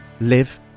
live